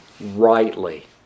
rightly